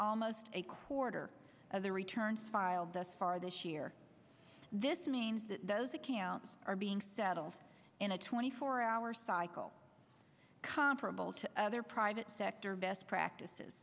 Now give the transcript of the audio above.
almost a quarter of the returns filed thus far this year this means that those accounts are being settled in a twenty four hour cycle comparable to other private sector best practices